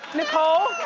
nicole,